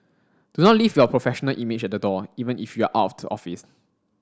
do not leave your professional image at the door even if you are out of the office